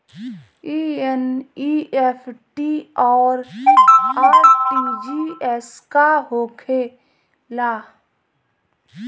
ई एन.ई.एफ.टी और आर.टी.जी.एस का होखे ला?